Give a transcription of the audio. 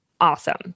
awesome